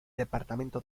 departamento